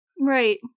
right